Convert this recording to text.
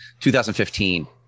2015